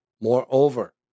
Moreover